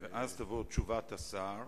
ואז תשובת השר.